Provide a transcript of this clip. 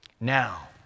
Now